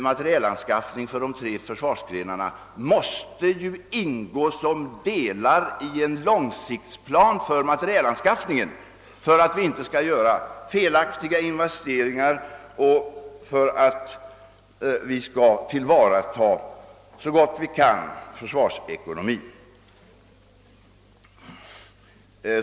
Materielanskaffningen för de tre försvarsgrenarna måste ju ingå som delar i en långtidsplan för materielanskaffningen för att vi inte skall göra felaktiga investeringar och för att vi så gott vi kan skall tillvarata — försvarsekonomin.